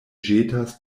ĵetas